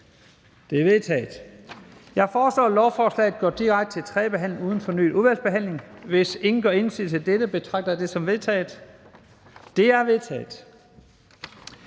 Det er vedtaget. Jeg foreslår, at lovforslaget går direkte til tredje behandling uden fornyet udvalgsbehandling. Hvis ingen gør indsigelse, betragter jeg dette som vedtaget. Det er vedtaget.